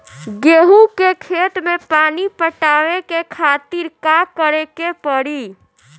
गेहूँ के खेत मे पानी पटावे के खातीर का करे के परी?